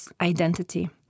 identity